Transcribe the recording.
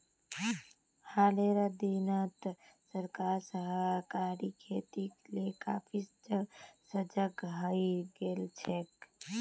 हालेर दिनत सरकार सहकारी खेतीक ले काफी सजग हइ गेल छेक